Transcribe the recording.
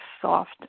soft